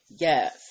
Yes